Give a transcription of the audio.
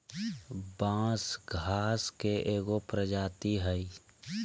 बांस घास के एगो प्रजाती हइ